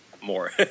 more